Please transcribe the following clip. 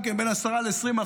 גם הם בין 10% ל-20%,